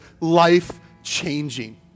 life-changing